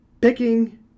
picking